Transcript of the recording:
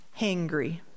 hangry